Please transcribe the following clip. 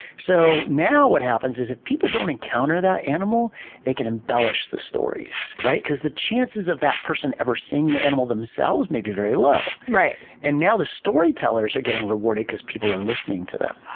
so now what happens is, if people don't encounter that animal they can embellish the stories, right? because the chances of that person ever seeing the animal themselves may be very low, and now the storytellers are getting rewarded because people are listening to them.